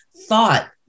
thought